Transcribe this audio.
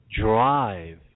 drive